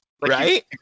Right